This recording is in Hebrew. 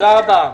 תודה רבה.